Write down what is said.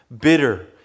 bitter